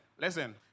listen